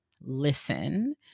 listen